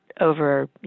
over